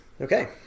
Okay